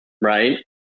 right